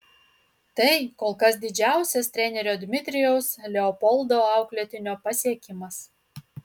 tai kol kas didžiausias trenerio dmitrijaus leopoldo auklėtinio pasiekimas